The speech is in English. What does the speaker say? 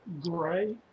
gray